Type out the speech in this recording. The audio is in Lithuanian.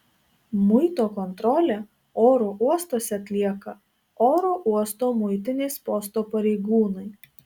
muito kontrolę oro uostuose atlieka oro uosto muitinės posto pareigūnai